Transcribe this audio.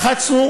לחצנו.